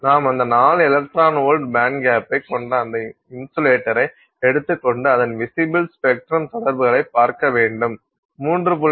நாம் அந்த 4 electron volt பேண்ட்கேப்பைக் கொண்ட இன்சுலேட்டரை எடுத்துக்கொண்டு அதன் விசிபில் ஸ்பெக்ட்ரம் தொடர்புகளைப்பார்க்க வேண்டும் 3